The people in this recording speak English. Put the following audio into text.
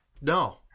No